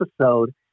episode